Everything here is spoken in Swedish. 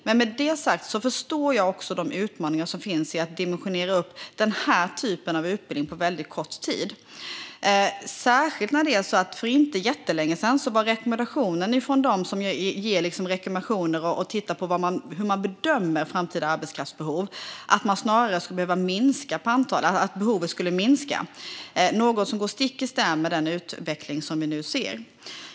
Men med detta sagt förstår jag också de utmaningar som finns i att dimensionera upp denna typ av utbildning på mycket kort tid, särskilt när det för inte jättelänge sedan var så att de som ger rekommendationer och bedömer framtida arbetskraftsbehov snarare ansåg att behovet skulle minska, något som går stick i stäv med den utveckling som vi nu ser.